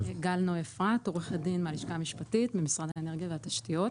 אני עורכת דין מהלשכה המשפטית במשרד האנרגיה והתשתיות.